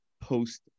post